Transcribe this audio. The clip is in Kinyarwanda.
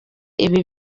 ibi